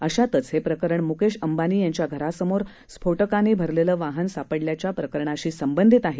अशातच हे प्रकरण मुकेश अंबानी यांच्या घरासमोर स्फोटकांनी भरलेलं वाहन सापडल्याच्या प्रकरणाशी संबंधित आहे